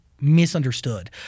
misunderstood